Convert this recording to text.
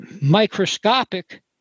microscopic